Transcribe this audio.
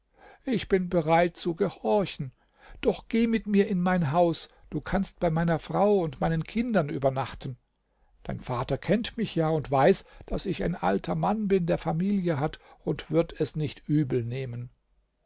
ich bin bereit zu gehorchen doch geh mit mir in mein haus du kannst bei meiner frau und meinen kindern übernachten dein vater kennt mich ja und weiß daß ich ein alter mann bin der familie hat und wird es nicht übel nehmen